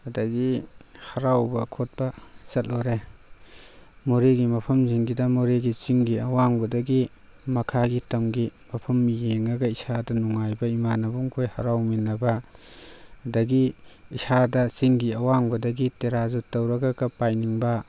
ꯑꯗꯒꯤ ꯍꯔꯥꯎꯕ ꯈꯣꯠꯄ ꯆꯠꯂꯨꯔꯦ ꯃꯣꯔꯦꯒꯤ ꯃꯐꯝꯁꯤꯡꯁꯤꯗ ꯃꯣꯔꯦꯒꯤ ꯆꯤꯡꯒꯤ ꯑꯋꯥꯡꯕꯗꯒꯤ ꯃꯈꯥꯒꯤ ꯇꯝꯒꯤ ꯃꯐꯝ ꯌꯦꯡꯉꯒ ꯏꯁꯥꯗ ꯅꯨꯡꯉꯥꯏꯕ ꯏꯃꯥꯟꯅꯕ ꯃꯈꯩ ꯍꯔꯥꯎꯃꯤꯟꯅꯕ ꯑꯗꯒꯤ ꯏꯁꯥꯗ ꯆꯤꯡꯒꯤ ꯑꯋꯥꯡꯕꯗꯒꯤ ꯄꯦꯔꯥꯁꯨꯠ ꯇꯧꯔꯒꯀ ꯄꯥꯏꯅꯤꯡꯕ